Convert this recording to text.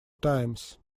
times